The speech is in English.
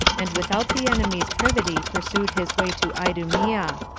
and without the enemy's privity pursued his way to idumea.